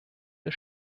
der